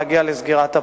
להגיע לסגירת הפער.